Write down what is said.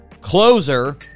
Closer